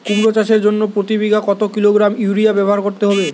কুমড়ো চাষের জন্য প্রতি বিঘা কত কিলোগ্রাম ইউরিয়া ব্যবহার করতে হবে?